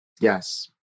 Yes